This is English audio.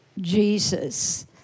Jesus